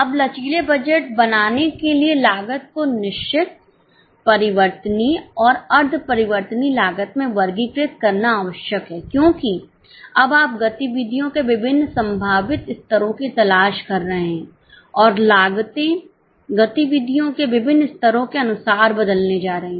अब लचीले बजट बनाने के लिए लागत को निश्चित परिवर्तनीय और अर्धपरिवर्तनीय लागत में वर्गीकृत करना आवश्यक है क्योंकि अब आप गतिविधियों के विभिन्न संभावित स्तरों की तलाश कर रहे हैं और लागते गतिविधियों के विभिन्न स्तरों के अनुसार बदलने जा रही हैं